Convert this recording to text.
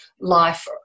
life